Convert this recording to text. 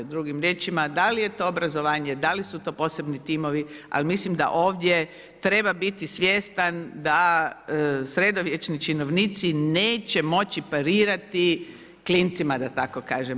Drugim riječima, da li je to obrazovanje, da li su to posebni timovi ali mislim da ovdje treba biti svjestan da sredovječni činovnici neće moći parirati klincima da tako kažem.